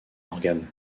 organes